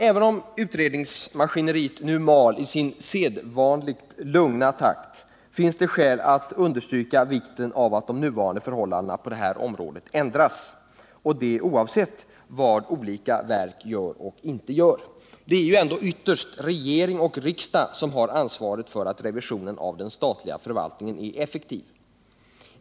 Även om utredningsmaskineriet nu mal i sin sedvanligt lugna takt finns det skäl att understryka vikten av att de nuvarande förhållandena på detta område ändras — och det oavsett vad olika verk gör och inte gör. Det är ändå ytterst regering och riksdag som har ansvaret för att revisionen av den statliga förvaltningen är effektiv.